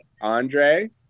Andre